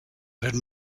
had